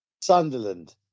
Sunderland